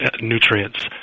nutrients